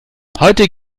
heute